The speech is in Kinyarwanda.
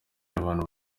abantu